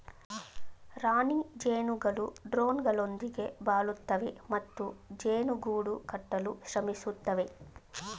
ರಾಣಿ ಜೇನುಗಳು ಡ್ರೋನ್ಗಳೊಂದಿಗೆ ಬಾಳುತ್ತವೆ ಮತ್ತು ಜೇನು ಗೂಡು ಕಟ್ಟಲು ಶ್ರಮಿಸುತ್ತವೆ